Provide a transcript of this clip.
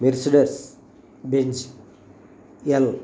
Mercedes Benz L